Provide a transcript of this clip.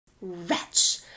wretch